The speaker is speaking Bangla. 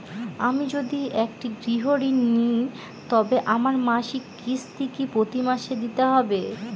আমি যদি একটি গৃহঋণ নিই তবে আমার মাসিক কিস্তি কি প্রতি মাসে দিতে হবে?